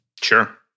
sure